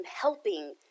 helping